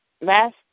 last